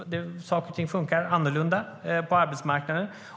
Saker och ting fungerar annorlunda på arbetsmarknaden.